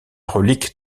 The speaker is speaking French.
relique